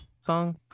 song